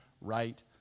right